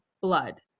blood